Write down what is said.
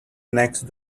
next